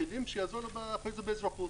אני רוצה להצטרף למברכים על החשיבות של הדיון.